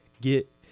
get